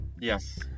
Yes